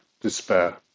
despair